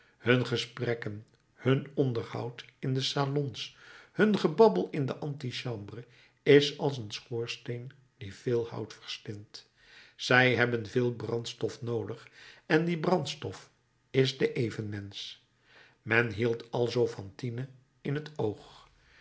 hun gesprekken hun onderhoud in de salons hun gebabbel in de antichambre is als een schoorsteen die veel hout verslindt zij hebben veel brandstof noodig en die brandstof is de evenmensch men hield alzoo fantine in t oog